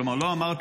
כלומר לא אמרת,